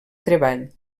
treball